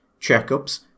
checkups